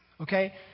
Okay